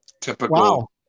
Typical